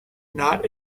not